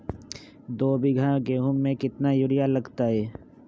दो बीघा गेंहू में केतना यूरिया लगतै?